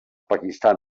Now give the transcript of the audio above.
pakistan